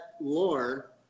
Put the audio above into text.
lore